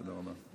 תודה רבה.